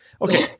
Okay